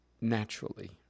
naturally